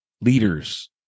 leaders